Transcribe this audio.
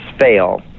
fail